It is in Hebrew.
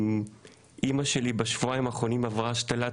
אמא שלי בשבועיים האחרונים עברה השתלת